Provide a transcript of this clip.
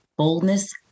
boldness